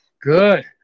good